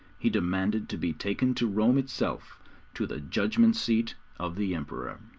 he demanded to be taken to rome itself to the judgment seat of the emperor.